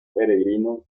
peregrino